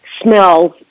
smells